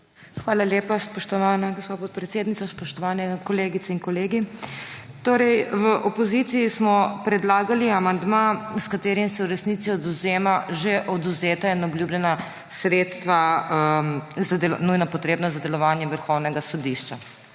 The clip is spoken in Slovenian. Hvala lepa, spoštovana gospa podpredsednica. Spoštovane kolegice in kolegi! V opoziciji smo predlagali amandma, s katerim se v resnici odvzema že odvzeta in obljubljena sredstva, nujno potrebna za delovanje Vrhovnega sodišča.